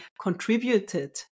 contributed